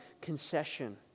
concession